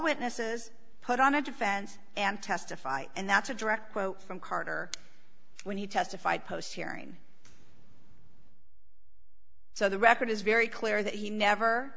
witnesses put on a defense and testify and that's a direct quote from carter when he testified post hearing so the record is very clear that he never